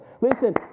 Listen